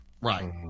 Right